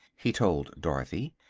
he told dorothy.